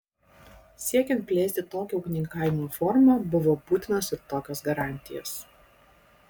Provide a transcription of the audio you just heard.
siekiant plėsti tokią ūkininkavimo formą buvo būtinos ir tokios garantijos